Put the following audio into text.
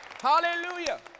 Hallelujah